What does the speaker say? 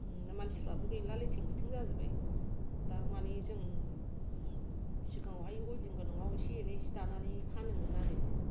मानसिफ्राबो गैला लेथिं फिथिं जाजोब्बाय दा माने जों सिगाङावहाय उइभिं गोनांआव इसे एनै जि दानानै फानोमोन आरो